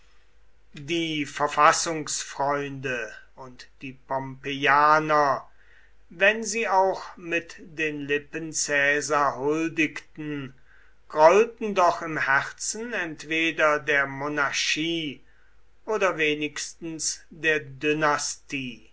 die verfassungsfreunde und die pompeianer wenn sie auch mit den lippen caesar huldigten grollten doch im herzen entweder der monarchie oder wenigstens der